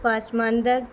پس منظر